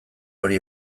hori